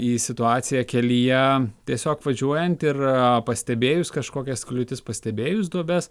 į situaciją kelyje tiesiog važiuojant ir pastebėjus kažkokias kliūtis pastebėjus duobes